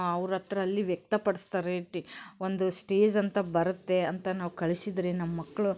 ಅವ್ರ ಹತ್ರ ಅಲ್ಲಿ ವ್ಯಕ್ತಪಡಿಸ್ತಾರೆ ಟಿ ಒಂದು ಸ್ಟೇಜ್ ಅಂತ ಬರುತ್ತೆ ಅಂತ ನಾವು ಕಳಿಸಿದ್ರೆ ನಮ್ಮ ಮಕ್ಳು